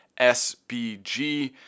SBG